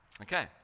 Okay